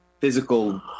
physical